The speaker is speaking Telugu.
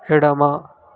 ఎడమ